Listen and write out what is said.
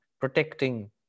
protecting